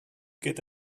get